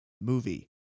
movie